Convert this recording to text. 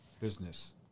business